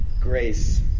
grace